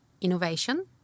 innovation